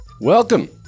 Welcome